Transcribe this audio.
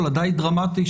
הדי דרמטי,